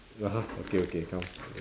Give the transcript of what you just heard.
!huh! okay okay come